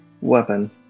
weapon